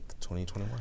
2021